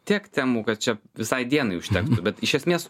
tiek temų kad čia visai dienai užtektų bet iš esmės